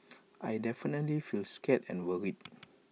I definitely feel scared and worried